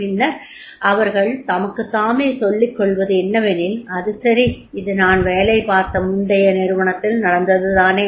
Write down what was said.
பின்னர் அவர்கள் தமக்குதாமே சொல்லிகொள்வது என்னவெனில் அது சரி இது நான் வேலை பார்த்த முந்தைய நிறுவனத்தில் நடந்தது தானே